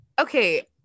Okay